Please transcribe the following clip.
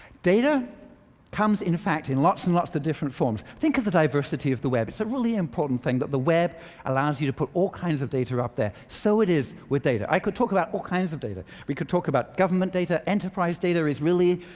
data comes in fact in lots and lots of different forms. think of the diversity of the web. it's a really important thing that the web allows you to put all kinds of data up there. so it is with data. i could talk about all kinds of data. we could talk about government data, enterprise data is really